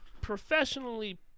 professionally